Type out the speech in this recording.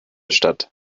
statt